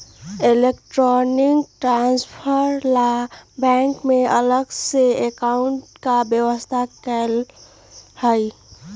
electronic transfer ला bank में अलग से काउंटर के व्यवस्था कएल हई